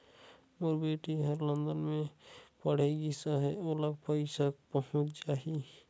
मोर बेटी हर लंदन मे पढ़े गिस हय, ओला पइसा पहुंच जाहि?